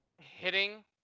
Hitting